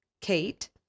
Kate